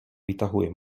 vytahuje